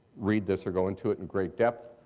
read this or go into it in great depth.